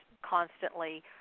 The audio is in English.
constantly